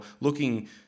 looking